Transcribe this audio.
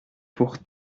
pour